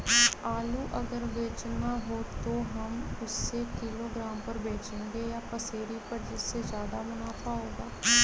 आलू अगर बेचना हो तो हम उससे किलोग्राम पर बचेंगे या पसेरी पर जिससे ज्यादा मुनाफा होगा?